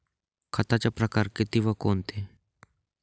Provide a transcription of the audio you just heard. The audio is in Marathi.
खताचे प्रकार किती व कोणते?